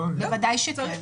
בוודאי שכן.